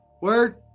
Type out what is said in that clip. word